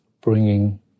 Bringing